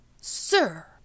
Sir